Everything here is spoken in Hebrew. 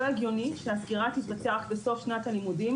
לא הגיוני שהסגירה תתבצע רק בסוף שנת הלימודים.